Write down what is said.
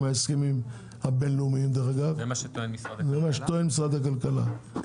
ההסכמים הבין-לאומיים --- זה מה שטוען משרד הכלכלה?